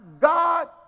God